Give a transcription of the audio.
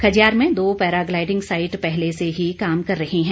खजियार में दो paragliding site पहले से ही काम कर रही है